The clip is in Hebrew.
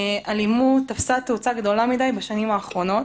"האלימות תפסה תאוצה גדולה מדי בשנים האחרונות,